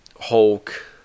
Hulk